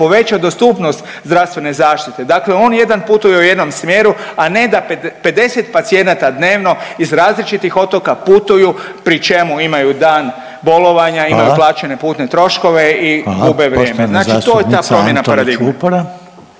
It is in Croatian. poveća dostupnost zdravstvene zaštite. Dakle, on jedan putuje u jednom smjeru, a ne da 50 pacijenata dnevno iz različitih otoka putuju pri čemu imaju dan bolovanja, imaju plaćene putne troškove i gube vrijeme. … /Upadica Reiner: Hvala.